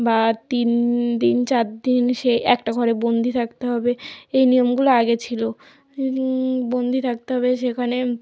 বা তিন দিন চার দিন সে একটা ঘরে বন্দি থাকতে হবে এই নিয়মগুলো আগে ছিল বন্দি থাকতে হবে সেখানে